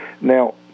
Now